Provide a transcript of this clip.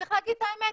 צריך להגיד את האמת,